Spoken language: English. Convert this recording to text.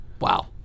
Wow